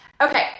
Okay